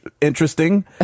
interesting